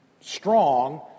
strong